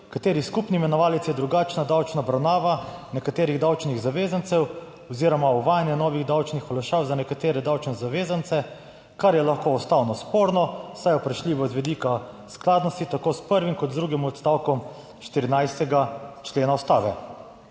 katerih skupni imenovalec je drugačna davčna obravnava nekaterih davčnih zavezancev oziroma uvajanje novih davčnih olajšav za nekatere davčne zavezance, kar je lahko ustavno sporno, saj je vprašljivo z vidika skladnosti, tako s prvim kot z drugim odstavkom 14. člena Ustave.